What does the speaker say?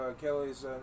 kelly's